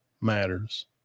matters